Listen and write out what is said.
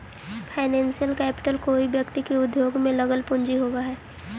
financial capital कोई व्यक्ति के उद्योग में लगल पूंजी होवऽ हई